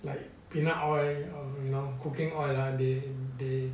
like peanut oil or you know cooking oil lah they they